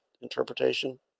interpretation